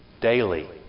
daily